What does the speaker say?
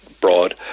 broad